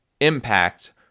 impact